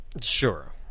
sure